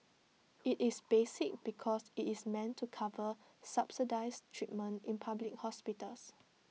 IT is basic because IT is meant to cover subsidised treatment in public hospitals